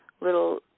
little